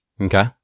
Okay